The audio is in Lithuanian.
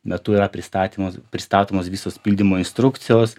metu yra pristatymos pristatomos visos pildymo instrukcijos